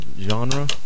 Genre